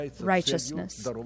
righteousness